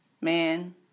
Man